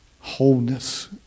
wholeness